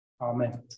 Amen